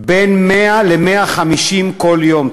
בין 100 ל-150 כל יום.